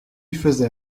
faisais